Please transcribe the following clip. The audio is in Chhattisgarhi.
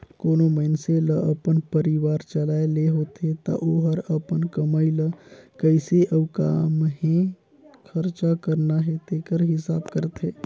कोनो मइनसे ल अपन परिवार चलाए ले होथे ता ओहर अपन कमई ल कइसे अउ काम्हें खरचा करना हे तेकर हिसाब करथे